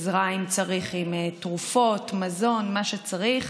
עזרה, אם צריך, עם תרופות, מזון, מה שצריך.